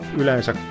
yleensä